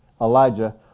Elijah